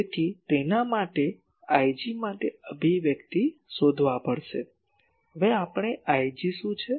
તેથી તેના માટે આપણે Ig માટે અભિવ્યક્તિ શોધવા પડશે હવે આપણે તે Ig શું હશે